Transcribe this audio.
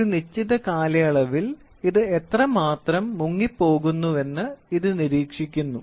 ഒരു നിശ്ചിത കാലയളവിൽ ഇത് എത്രമാത്രം മുങ്ങിപ്പോകുന്നുവെന്ന് ഇത് നിരീക്ഷിക്കുന്നു